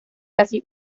casi